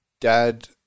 Dad